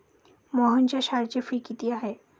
मोहनच्या शाळेची फी किती आहे?